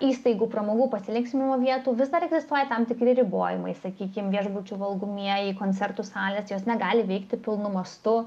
įstaigų pramogų pasilinksminimo vietų vis dar egzistuoja tam tikri ribojimai sakykim viešbučių valgomieji koncertų salės jos negali veikti pilnu mastu